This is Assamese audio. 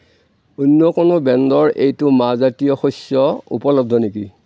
অন্য কোনো ব্ৰেণ্ডৰ এইটো মাহজাতীয় শস্য উপলব্ধ নেকি